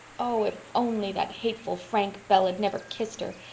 oh, if only that hateful frank bell had never kissed her!